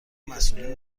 مسئولین